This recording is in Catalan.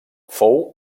fou